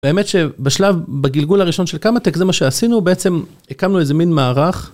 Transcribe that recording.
באמת שבשלב, בגלגול הראשון של קמא-טק זה מה שעשינו, בעצם הקמנו איזה מין מערך.